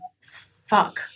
fuck